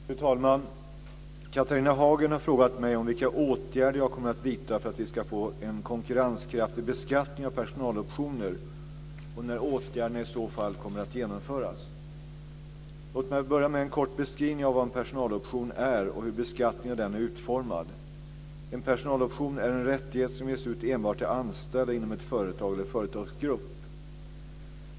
Fru talman! Catharina Hagen har frågat mig om vilka åtgärder jag kommer att vidta för att vi skall få en konkurrenskraftig beskattning av personaloptioner och när åtgärderna i så fall kommer att genomföras. Låt mig börja med en kort beskrivning av vad en personaloption är och hur beskattningen av den är utformad. En personaloption är en rättighet som ges ut enbart till anställda inom ett företag eller en företagsgrupp.